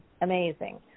amazing